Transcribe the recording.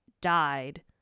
died